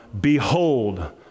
behold